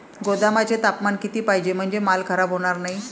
गोदामाचे तापमान किती पाहिजे? म्हणजे माल खराब होणार नाही?